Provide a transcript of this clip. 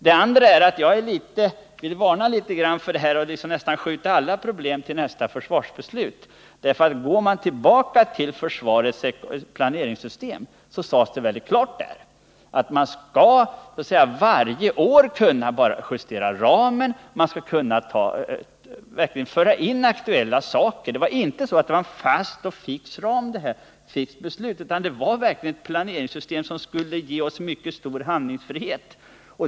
Det andra är att jag vill varna för tendensen att liksom skjuta alla problem framför sig till nästa försvarsbeslut. Går vi tillbaka till principerna för försvarets planeringssystem, finner man att det sades klart ut där att man varje år skall kunna justera ramen och kunna föra in aktuella saker i systemet. Det var inte så att det var en fast ram och ett fixerat beslut, utan det var verkligen ett planeringssystem som skulle ge oss mycket stor handlingsfrihet.